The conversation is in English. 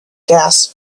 gas